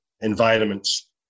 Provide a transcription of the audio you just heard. environments